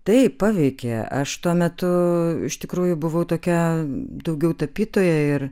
taip paveikė aš tuo metu iš tikrųjų buvau tokia daugiau tapytoja ir